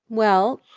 well.